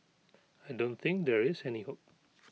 I don't think there is any hope